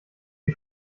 die